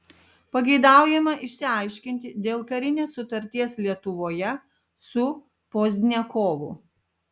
pageidaujama išsiaiškinti dėl karinės sutarties lietuvoje su pozdniakovu